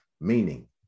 Meaning